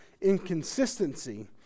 inconsistency